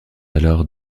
alors